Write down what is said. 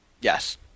Yes